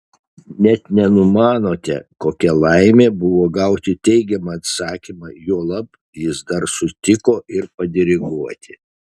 net nenumanote kokia laimė buvo gauti teigiamą atsakymą juolab jis dar sutiko ir padiriguoti